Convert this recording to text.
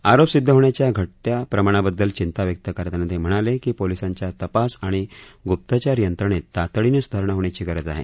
आरोप सिद्ध होण्याच्या घटत्या प्रमाणाबददल चिंता व्यक्त करताना ते म्हणाले की पोलिसांच्या तपास आणि गप्तचर यंत्रणेत तातडीनं सुधारणा होण्याची गरज आहे